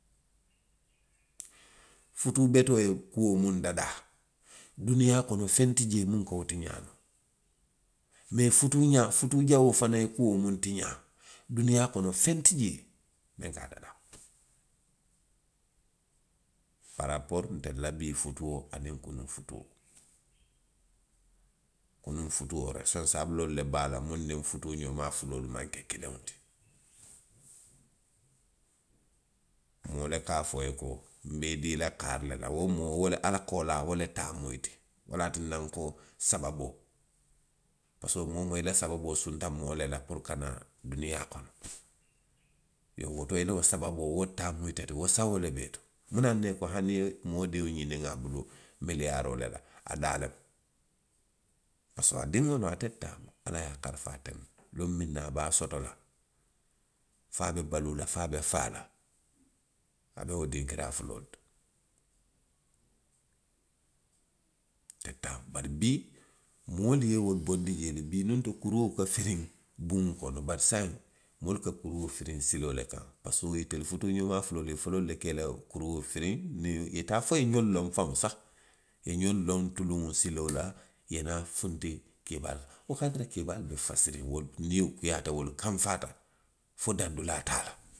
Futuu betoo ye kuo muŋ dadaa, duniyaa kono feŋ ti jee muŋ ka wo tiňaa. Mee futuuxaa. futuu jawoo fanaŋ ye kuo muŋ tiňaa, duniyaa kono, feŋ ti jee muŋ ka a dadaa, parapoori ntelu bii futuo aniŋ kunuŋ futuo kunuŋ futuo. resiponsaabuloolu le be a la munnu niŋ futuu ňoomaa fuloolu maŋ ke kiliŋo ti moo le ka a fo i ye ko. nbe i dii la kaarii le la. Wo moo wo, ala koolaa, wo taa mu iti. Wo le ye a tinna nko. sababoo. Parisikomoo woo moo i la sababoo sunta moo le la puru ka naa duniyaa kono. Iyoo, woto i la wo sababoo, wo le taamu ite ti. Wo sawoo le be i to. Munaŋ na i ko hani i ye moo diwo ňiniŋ a bulu. miliyaaroo le la. a daa lemu. parisiko a diŋo loŋ, ate le taa mu, ala ye a karafa ate le ma. luŋ miŋ na a be a soto la. fo a be baluu la, fo a be faa la, a be wo dinkiraa fuloolu le to. Ate le taamu. Bari bii. moolu ye wolu bondi jee le, bii. Nuŋ to kuruo ka firiŋ buŋo kono, bari saayiŋ. moolu ka kuruo firiŋ siloo le kaŋ, parisiko itelu futuu xoomaa fuloolu, i foloolu le ka i la kuruo firiŋ. niŋ, i ye taa fo i ye ňoŋ loŋ faŋ saxi, i ye ňoŋ loŋ tuluŋo siloo la. i ye naa funti keebaalu kaŋ. Wo ka a tara keebaalu be fasiriŋolu nio kuyaata, wolu kanfaata, fo daŋ dulaa te a la.